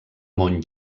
món